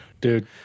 dude